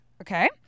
okay